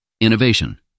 Innovation